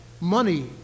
money